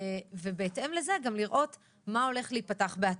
בהתאם לזה נראה מה הולך להיפתח בעתיד.